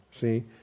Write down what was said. See